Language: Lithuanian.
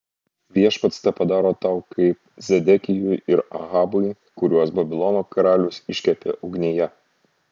viešpats tepadaro tau kaip zedekijui ir ahabui kuriuos babilono karalius iškepė ugnyje